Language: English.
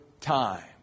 time